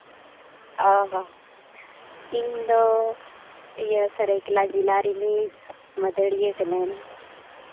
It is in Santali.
ᱚ ᱦᱚᱸ ᱤᱧᱫᱚ ᱤᱭᱟᱹ ᱥᱟᱹᱨᱟᱹᱭᱠᱮᱞᱟ ᱡᱮᱞᱟ ᱨᱤᱱᱤᱡ ᱢᱟᱹᱫᱟᱹᱲᱤᱭᱟᱹ ᱠᱟᱹᱱᱟᱹᱧ